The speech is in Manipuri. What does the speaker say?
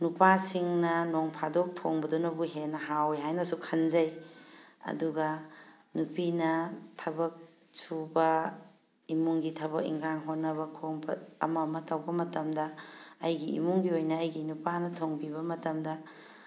ꯅꯨꯄꯥꯁꯤꯡꯅ ꯅꯣꯡꯐꯥꯗꯣꯛ ꯊꯣꯡꯕꯗꯨꯅꯕꯨ ꯍꯦꯟꯅ ꯍꯥꯎꯋꯤ ꯍꯥꯏꯅꯁꯨ ꯈꯟꯖꯩ ꯑꯗꯨꯒ ꯅꯨꯄꯤꯅ ꯊꯕꯛ ꯁꯨꯕ ꯏꯃꯨꯡꯒꯤ ꯊꯕꯛ ꯏꯪꯈꯥꯡ ꯍꯣꯠꯅꯕ ꯈꯣꯡ ꯑꯃ ꯑꯃ ꯇꯧꯕ ꯃꯇꯝꯗ ꯑꯩꯒꯤ ꯏꯃꯨꯡꯒꯤ ꯑꯣꯏꯅ ꯑꯩꯒꯤ ꯅꯨꯄꯥꯅ ꯊꯣꯡꯕꯤꯕ ꯃꯇꯝꯗ